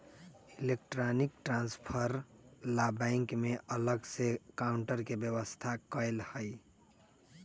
electronic transfer ला bank में अलग से काउंटर के व्यवस्था कएल हई